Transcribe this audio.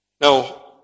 Now